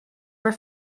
were